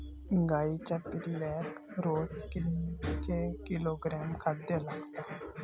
गाईच्या पिल्लाक रोज कितके किलोग्रॅम खाद्य लागता?